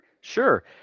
Sure